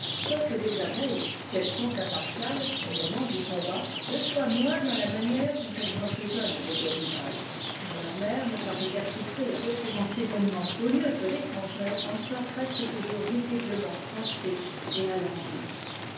soit que les abeilles si elles sont impartiales au moment du combat le soient moins dans la manière dont elles emprisonnent les deux rivales car leur mère ne paraît guère souffrir de cet emprisonnement au lieu que félrangèrç en sort presque toujours visiblement froissée et alanguie